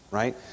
right